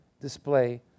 display